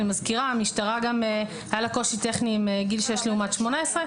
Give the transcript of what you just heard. אני מזכירה שלמשטרה היה קושי טכני עם גיל שש לעומת 18,